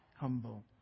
humble